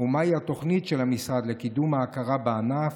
ומהי התוכנית של המשרד לקידום ההכרה בענף.